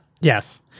Yes